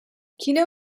kino